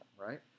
right